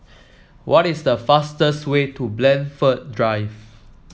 what is the fastest way to Blandford Drive